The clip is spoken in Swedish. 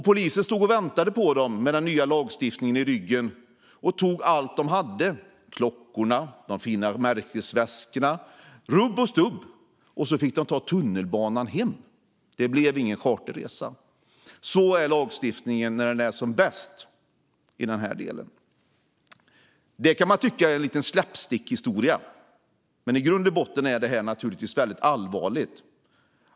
Polisen stod och väntade på dem med den nya lagstiftningen i ryggen och tog allt de hade: klockorna, de fina märkesväskorna - rubb och stubb. De fick ta tunnelbanan hem. Det blev ingen charterresa. Sådan är lagstiftningen när den är som bäst. Man kan tycka att det är en slapstickhistoria, men i grund och botten är det naturligtvis allvarligt.